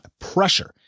pressure